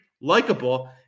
likable